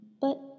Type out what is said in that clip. But